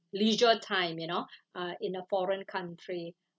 leisure time you know uh in a foreign country